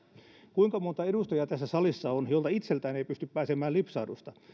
kuinka monta edustajaa tässä salissa on jolta itseltään ei pysty pääsemään lipsahdusta